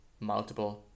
multiple